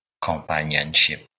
companionship